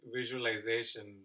visualization